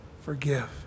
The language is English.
forgive